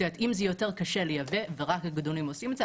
אם יותר קשה לייבא ורק הגדולים עושים את זה,